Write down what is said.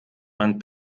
mein